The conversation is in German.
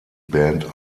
band